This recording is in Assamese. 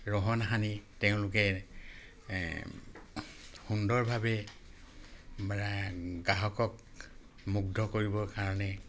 ৰহন সানি তেওঁলোকে সুন্দৰভাৱে মানে গ্ৰাহকক মুগ্ধ কৰিবৰ কাৰণেই